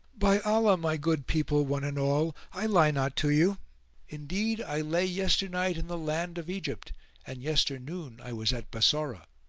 by allah, my good people, one and all, i lie not to you indeed i lay yesternight in the land of egypt and yesternoon i was at bassorah.